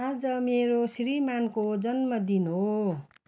आज मेरो श्रीमानको जन्मदिन हो